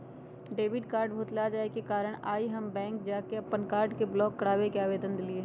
debit card भुतला जाय के कारण आइ हम बैंक जा कऽ अप्पन कार्ड के ब्लॉक कराबे के आवेदन देलियइ